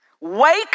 Wake